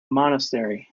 monastery